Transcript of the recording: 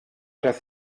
das